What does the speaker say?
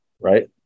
right